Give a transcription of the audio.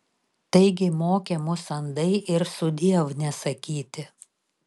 taigi mokė mus andai ir sudiev nesakyti